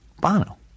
Bono